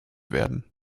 werden